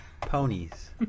Ponies